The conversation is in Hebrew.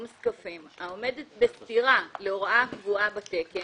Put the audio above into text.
זקפים העומדת בסתירה להוראה הקבועה בתקן,